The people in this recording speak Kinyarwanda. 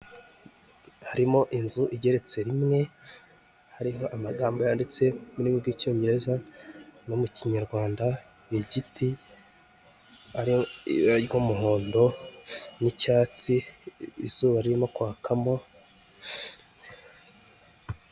Harimo inzu igeretse rimwe hariho amagambo yanditse mu rurimi rw'Icyongereza no mu Kinyarwanda igiti arigo muhondo n'icyatsi izuba ririmo kwakamo...